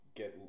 get